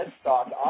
stock